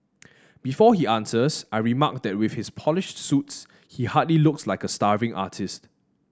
before he answers I remark that with his polished suits he hardly looks like a starving artist